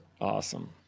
Awesome